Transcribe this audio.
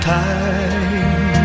time